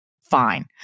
fine